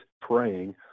praying